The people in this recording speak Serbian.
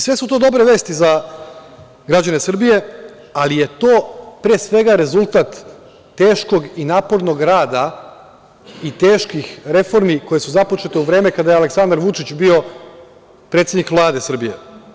Sve su to dobre vesti za građane Srbije, ali je to, pre svega, rezultat teškog i napornog rada i teških reformi koje su započete u vreme kada je Aleksandar Vučić bio predsednik Vlade Srbije.